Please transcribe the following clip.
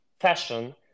fashion